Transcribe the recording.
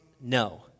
no